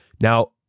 Now